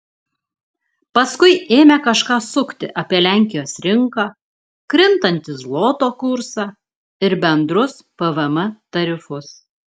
paskui ėmė kažką sukti apie lenkijos rinką krintantį zloto kursą ir bendrus pvm tarifus